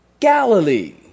Galilee